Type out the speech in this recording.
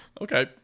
Okay